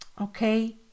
Okay